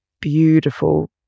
beautiful